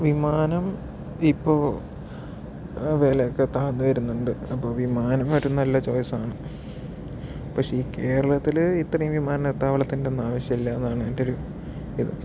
വിമാനം ഇപ്പോൾ വിലയൊക്കെ താഴ്ന്ന് വരുന്നുണ്ട് അപ്പോൾ വിമാനം ഒരു നല്ല ചോയിസ് ആണ് പക്ഷേ ഈ കേരളത്തില് ഇത്രയും വിമാനത്താവളത്തിൻ്റെ ഒന്നും ആവശ്യം ഇല്ലായെന്നാണ് എൻ്റെ ഒരു ഇത്